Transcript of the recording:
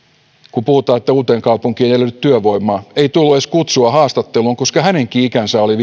kun puhutaan että uuteenkaupunkiin ei löydy työvoimaa ei tullut edes kutsua haastatteluun koska hänenkin ikänsä oli